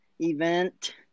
event